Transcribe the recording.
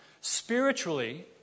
Spiritually